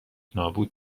نابود